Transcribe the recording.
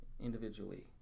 individually